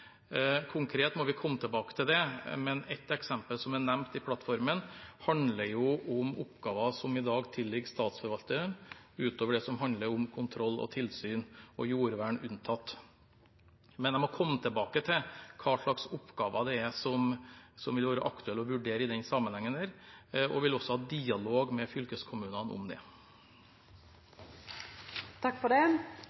Konkret må vi komme tilbake til det, men et eksempel som er nevnt i plattformen, handler om oppgaver som i dag tilligger Statsforvalteren, unntatt det som handler om kontroll og tilsyn og jordvern. Jeg må komme tilbake til hva slags oppgaver det vil være aktuelt å vurdere i denne sammenhengen, og vil også ha dialog med fylkeskommunene om det.